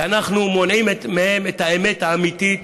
כי אנחנו מונעים מהם את האמת האמיתית,